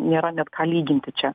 nėra net lyginti čia